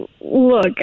Look